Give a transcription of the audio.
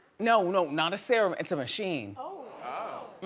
no, no, not a serum, it's a machine. oh.